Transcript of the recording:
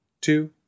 two